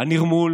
הנרמול